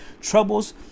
troubles